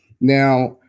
Now